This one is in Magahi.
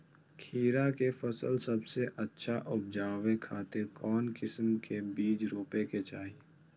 खीरा के फसल सबसे अच्छा उबजावे खातिर कौन किस्म के बीज रोपे के चाही?